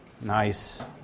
Nice